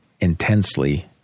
intensely